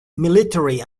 military